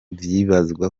vyibazwa